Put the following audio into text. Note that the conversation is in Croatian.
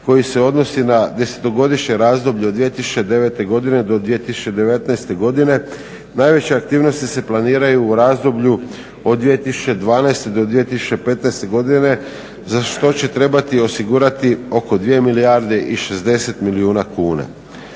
koji se odnosi na desetogodišnje razdoblje od 2009. godine do 2019. godine najveće aktivnosti se planiraju u razdoblju od 2012. do 2015. godine za što će trebati osigurati oko 2 milijarde i 60 milijuna kuna.